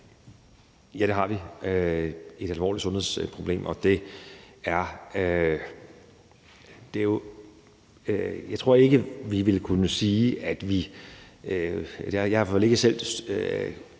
Ja, det har vi, altså et alvorligt sundhedsproblem. Jeg tror ikke, vi ville kunne sige, at det her lovforslag rummer